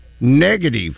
negative